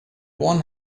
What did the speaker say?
one